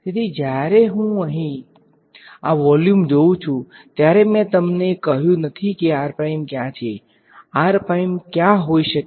તેથી જ્યારે હું અહીં આ વોલ્યુમ જોઉં છું ત્યારે મેં તમને કહ્યું નથી કે r કયાં છે r ક્યાં હોઈ શકે છે તે મા હોઈ શકે છે અથવા કયાં હોઈ શકે